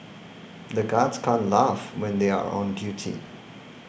the guards can't laugh when they are on duty